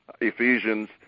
Ephesians